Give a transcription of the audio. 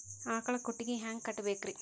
ಆಕಳ ಕೊಟ್ಟಿಗಿ ಹ್ಯಾಂಗ್ ಕಟ್ಟಬೇಕ್ರಿ?